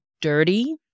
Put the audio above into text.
dirty